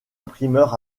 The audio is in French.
imprimeur